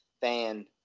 fan